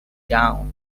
down